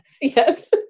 Yes